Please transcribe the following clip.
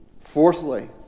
Fourthly